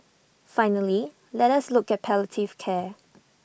finally let us look at palliative care